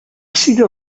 sido